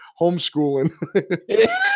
homeschooling